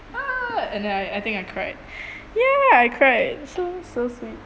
and then I I think I cried ya I cried so so sweet